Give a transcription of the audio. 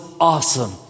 awesome